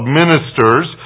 ministers